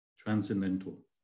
transcendental